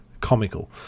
comical